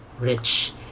rich